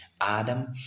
adam